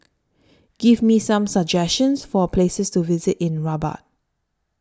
Give Me Some suggestions For Places to visit in Rabat